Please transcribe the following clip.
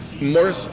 more